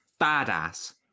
badass